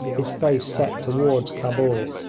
his face set towards cabul.